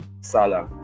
salah